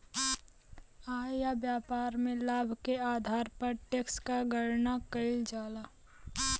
आय या व्यापार में लाभ के आधार पर टैक्स क गणना कइल जाला